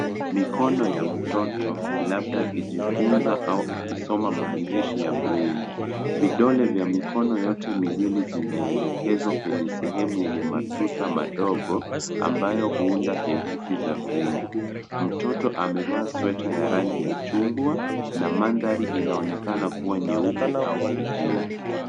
Mikono ya mtoto labda akijifunza au akisoma maandishi ya braille . Vidole vya mikono yote miwili vimeelekezwa kwenye sehemu yenye matuta madogo ambayo huunda herufi za braille . mtoto amevaa sweta ya rangi ya chungwa na mandhari inaonekana kuwa nyeupe au kijivu.